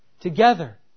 together